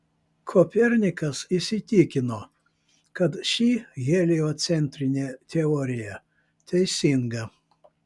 kopernikas įsitikino kad ši heliocentrinė teorija teisinga